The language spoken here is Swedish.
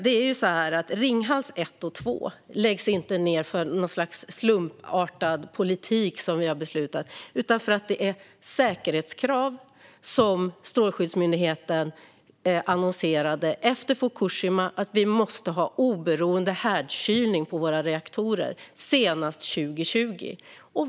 Det är ju så här: Ringhals 1 och 2 läggs inte ned på grund av någon sorts slumpartad politik som vi har beslutat om utan på grund av säkerhetskrav som Strålskyddsmyndigheten aviserade efter Fukushima - att vi måste ha oberoende härdkylning på våra reaktorer senast 2020.